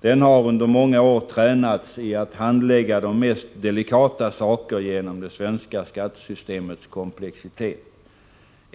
Den har under många år tränats i att handlägga de mest delikata saker genom det svenska systemets komplexitet.